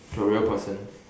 to a real person